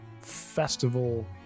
festival